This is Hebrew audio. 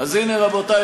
ההסתה נגד ראש הממשלה.